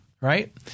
right